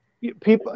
people